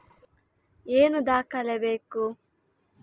ಏನು ದಾಖಲೆ ಬೇಕು?